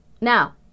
Now